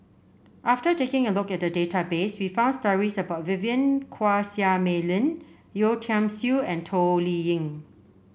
after taking a look at the database we found stories about Vivien Quahe Seah Mei Lin Yeo Tiam Siew and Toh Liying